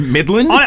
Midland